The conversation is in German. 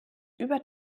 über